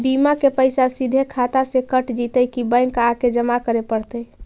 बिमा के पैसा सिधे खाता से कट जितै कि बैंक आके जमा करे पड़तै?